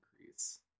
increase